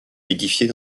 édifiés